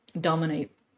dominate